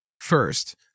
First